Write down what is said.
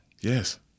Yes